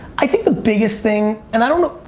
i think the biggest thing and i don't,